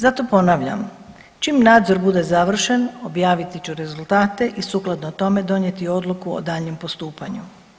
Zato ponavljam, čim nadzor bude završen objaviti ću rezultate i sukladno tome donijeti odluku o daljnjem postupanju.